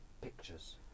pictures